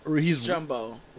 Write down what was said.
Jumbo